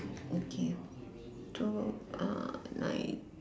okay so uh nine